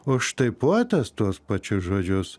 o štai poetas tuos pačius žodžius